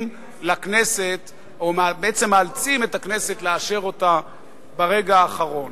לכנסת או בעצם מאלצים את הכנסת לאשר אותה ברגע האחרון?